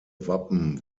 wappen